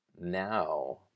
now